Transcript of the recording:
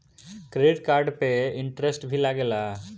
Credit card पे interest भी लागेला?